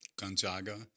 Gonzaga